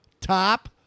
Top